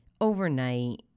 overnight